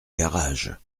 garage